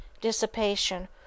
dissipation